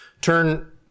turn